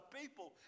people